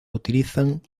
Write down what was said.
utilizan